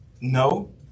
no